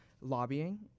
lobbying